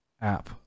app